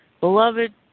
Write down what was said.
Beloved